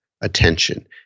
attention